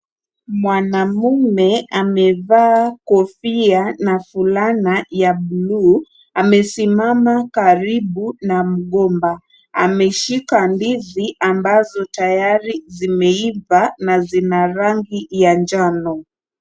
Mwanamume amevaa kofia na fulana ya buluu. Amesimama karibu na mgomba. Ameshika ndizi ambazo tayari zimeiva na zina rangi ya njano.